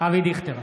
אבי דיכטר,